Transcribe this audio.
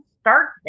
start